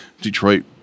detroit